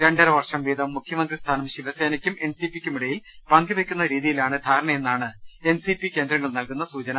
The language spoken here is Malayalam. രണ്ടര വർഷം വീതം മുഖ്യമന്ത്രിസ്ഥാനം ശിവസേനയ്ക്കും എൻ സി പിയ്ക്കുമിടയിൽ പങ്കുവയ്ക്കുന്ന രീതിയിലാണ് ധാരണയെന്നാണ് എൻ സി പി കേന്ദ്രങ്ങൾ നൽകുന്ന സൂചന